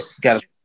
got